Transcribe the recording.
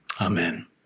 amen